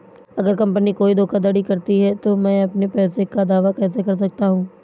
अगर कंपनी कोई धोखाधड़ी करती है तो मैं अपने पैसे का दावा कैसे कर सकता हूं?